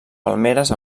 palmeres